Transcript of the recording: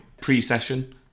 pre-session